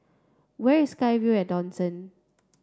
where is SkyVille at Dawson